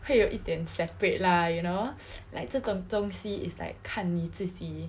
会有一点 separate lah you know like 这种东西 is like 看你自己